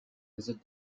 visit